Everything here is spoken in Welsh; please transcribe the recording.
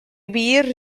wir